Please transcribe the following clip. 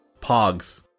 Pogs